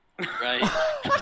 right